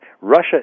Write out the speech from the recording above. Russia